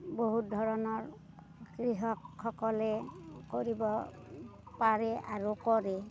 বহুত ধৰণৰ কৃষকসকলে কৰিব পাৰে আৰু কৰে